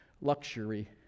luxury